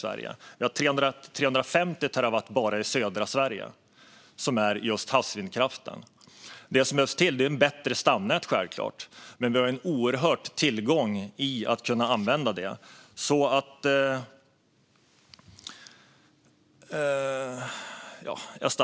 Vi har 350 terawatt bara i södra Sverige som gäller just havsvindkraften. Det som behövs är självklart ett bättre stamnät. Men vi har en oerhörd tillgång i att kunna använda detta.